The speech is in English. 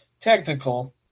technical